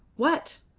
what?